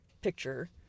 picture